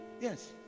yes